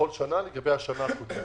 בכל שנה לגבי השנה הקודמת.